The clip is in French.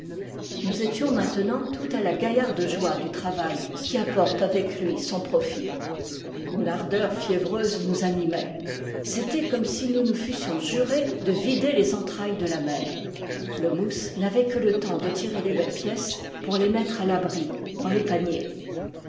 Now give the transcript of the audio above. nous étions maintena tout à la gaillarde joie du travail qui apporte avec lui s profit une ardeur fiévreuse nous animait c'était comme si nous nous fussions juré de vider les entrailles de la mer le mousse n'avait que le temps de tirer les belles pièces pour les mettre à l'abri dans les paniers